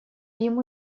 ему